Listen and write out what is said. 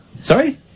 Sorry